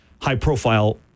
high-profile